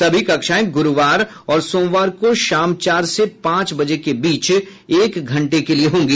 सभी कक्षाएं गुरूवार और सोमवार को शाम चार से पांच बजे के बीच एक घंटे के लिए होंगी